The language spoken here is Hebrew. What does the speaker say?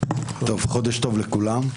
חודש טוב לכולם.